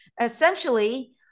essentially